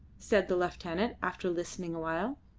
said the lieutenant, after listening awhile.